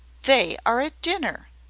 they are at dinner!